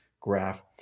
graph